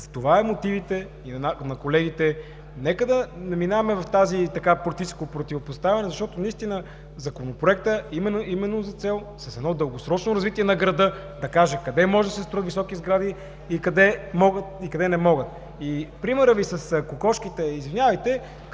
Затова са мотивите на колегите. Нека да не минаваме в това политическо противопоставяне, защото наистина Законопроектът има за цел с едно дългосрочно развитие на града да каже къде могат да се строят високи сгради и къде не могат. Примерът Ви с кокошките, извинявайте,